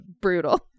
brutal